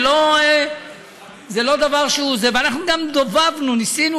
זה לא דבר שהוא, ואנחנו גם דובבנו, ניסינו